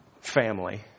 family